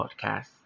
podcast